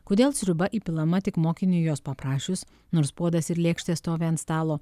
kodėl sriuba įpilama tik mokiniui jos paprašius nors puodas ir lėkštės stovi ant stalo